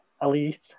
ali